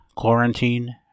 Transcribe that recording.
QUARANTINE